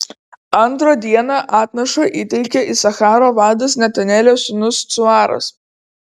antrą dieną atnašą įteikė isacharo vadas netanelio sūnus cuaras